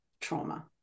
trauma